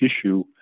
issue